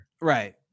Right